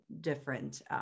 different